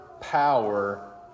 power